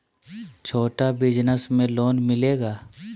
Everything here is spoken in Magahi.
छोटा बिजनस में लोन मिलेगा?